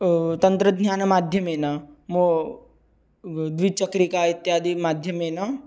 तन्त्रज्ञानमाध्यमेन मो द्विचक्रिका इत्यादि माध्यमेन